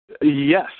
Yes